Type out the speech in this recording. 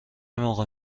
موقع